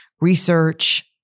research